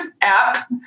app